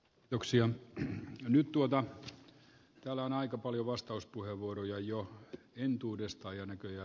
yksi on nyt tuota täällä on aika paljon vastauspuheenvuoroja jo entuudestaan jo näkyä